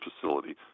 facility